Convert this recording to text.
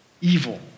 evil